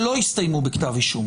שלא הסתיימו בכתב אישום